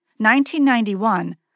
1991